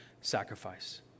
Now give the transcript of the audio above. sacrifice